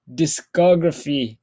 discography